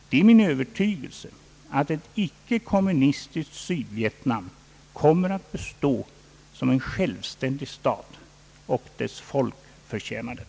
Det är min övertygelse att ett icke-kommunistiskt Sydvietnam kommer att bestå som en självständig stat. Och dess folk förtjänar det.